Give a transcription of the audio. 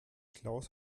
klaus